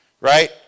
right